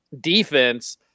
defense